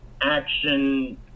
action